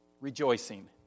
rejoicing